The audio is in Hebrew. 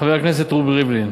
חבר הכנסת רובי ריבלין,